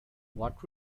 what